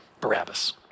Barabbas